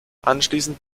anschließend